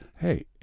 hey